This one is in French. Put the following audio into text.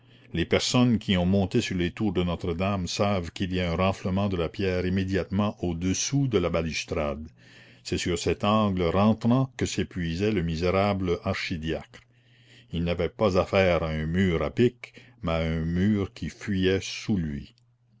les personnes qui ont monté sur les tours de notre-dame savent qu'il y a un renflement de la pierre immédiatement au-dessous de la balustrade c'est sur cet angle rentrant que s'épuisait le misérable archidiacre il n'avait pas affaire à un mur à pic mais à un mur qui fuyait sous lui